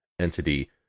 entity